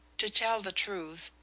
to tell the truth,